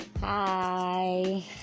Hi